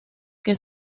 que